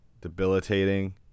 debilitating